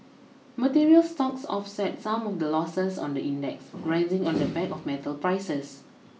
materials stocks offset some of the losses on the index rising on the back of metals prices